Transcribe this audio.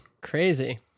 Crazy